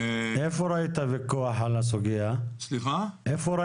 איפה ראית ויכוח על הסוגיה הזאת?